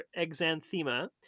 exanthema